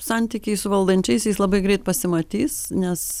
santykiai su valdančiaisiais labai greit pasimatys nes